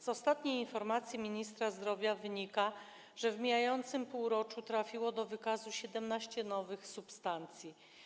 Z ostatniej informacji ministra zdrowia wynika, że w mijającym półroczu trafiło do wykazu 17 nowych substancji.